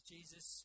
Jesus